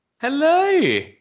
Hello